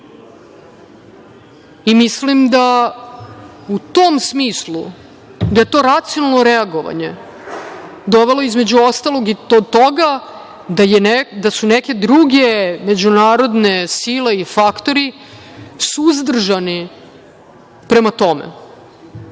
i mislim da u tom smislu, da je to racionalno reagovanje dovelo, između ostalog, do toga da su neke druge međunarodne sile i faktori suzdržani prema tome